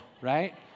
right